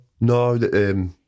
no